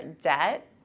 debt